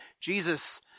Jesus